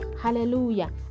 hallelujah